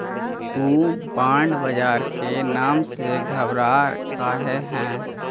तु बॉन्ड बाजार के नाम से घबरा काहे ह?